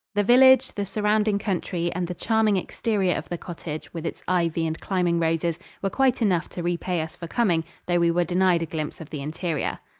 the village, the surrounding country, and the charming exterior of the cottage, with its ivy and climbing roses, were quite enough to repay us for coming though we were denied a glimpse of the interior.